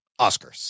Oscars